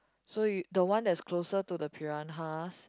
so you the one that's closer to the piranhas